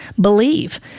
believe